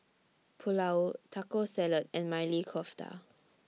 Pulao Taco Salad and Maili Kofta